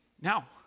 Now